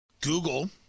Google